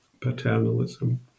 paternalism